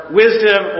wisdom